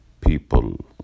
people